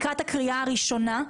לקראת הקריאה הראשונה,